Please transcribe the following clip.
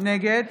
נגד